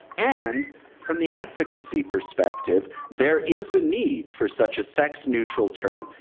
and from the advocacy perspective, there is a need for such a sex-neutral term.